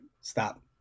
stop